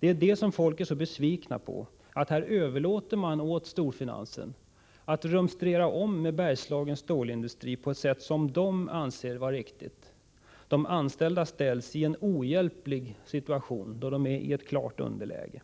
Det är detta som folk blir så besvikna på, att man överlåter åt storfinansen att rumstera om med Bergslagens stålindustri på ett sätt som storfinansen anser vara riktigt. De anställda ställs i en ohjälplig situation, då de är i ett klart underläge.